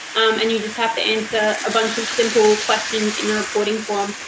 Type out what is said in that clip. and you just have to answer a bunch of simple questions in the reporting form,